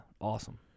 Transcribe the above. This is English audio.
awesome